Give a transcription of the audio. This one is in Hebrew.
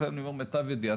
לכן אני אומר "למיטב ידיעתי".